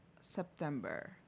September